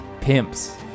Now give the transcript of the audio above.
Pimps